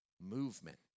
movement